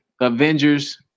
Avengers